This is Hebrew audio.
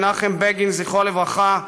מנחם בגין זכרו לברכה,